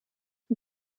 wir